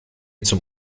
zum